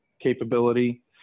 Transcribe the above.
capability